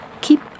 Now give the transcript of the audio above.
Keep